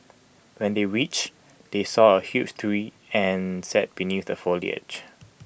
when they reached they saw A huge tree and sat beneath the foliage